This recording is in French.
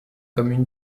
commune